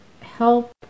help